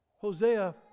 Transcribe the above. Hosea